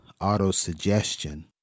auto-suggestion